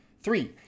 Three